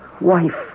Wife